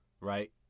right